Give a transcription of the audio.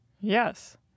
Yes